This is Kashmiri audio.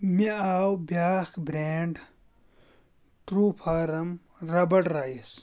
مےٚ آو بیٛاکھ بریٚنڈ ٹروٗ فارم ربڑ رایس